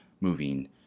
moving